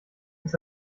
ist